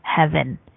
heaven